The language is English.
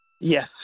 Yes